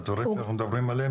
הדברים שאנחנו מדברים עליהם,